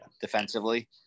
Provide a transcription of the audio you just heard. defensively